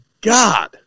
God